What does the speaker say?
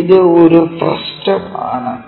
ഇത് ഒരു ഫ്രസ്റ്റം ആണ്